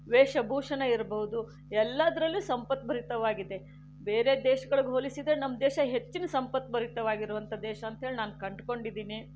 ವೇಷಭೂಷಣ ಇರ್ಬೋದು ಎಲ್ಲದರಲ್ಲೂ ಸಂಪದ್ಭರಿತವಾಗಿದೆ ಬೇರೆ ದೇಶಗಳಿಗೆ ಹೋಲಿಸಿದರೆ ನಮ್ಮ ದೇಶ ಹೆಚ್ಚಿನ ಸಂಪದ್ಭರಿತವಾಗಿರುವಂಥ ದೇಶ ಅಂತೇಳಿ ನಾನು ಕಂಡ್ಕೊಂಡಿದ್ದೀನಿ